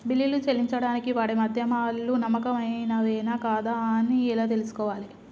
బిల్లులు చెల్లించడానికి వాడే మాధ్యమాలు నమ్మకమైనవేనా కాదా అని ఎలా తెలుసుకోవాలే?